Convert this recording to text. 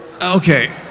Okay